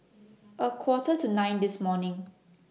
A Quarter to nine This morning